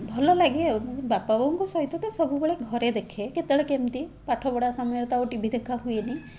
ଭଲ ଲାଗେ ଆଉ ମୁଁ କିନ୍ତୁ ବାପା ବୋଉଙ୍କ ସହିତ ତ ସବୁବେଳେ ଘରେ ଦେଖେ କେତେବେଳେ କେମତି ପାଠ ପଢ଼ା ସମୟରେ ତ ଆଉ ଟିଭି ଦେଖା ହୁଏନି